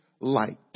light